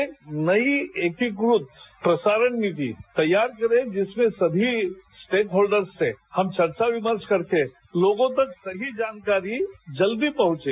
एक नई एकीकृत प्रसारण नीति तैयार करे जिसमें सभी स्टेक हॉल्डर्स से हम चर्चा विमर्श करके लोगों तक सही जानकारी जल्दी पहुंचे